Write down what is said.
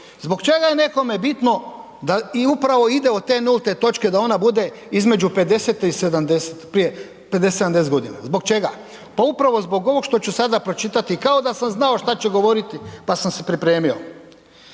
Zbog čega je nekome bitno da i upravo ide od te nulte točke da ona bude između 50-te i 70-te, prije 50, 70 godina, zbog čega? Pa upravo zbog ovog što ću sada pročitati, kao da sam znao šta će govoriti pa sam se pripremio.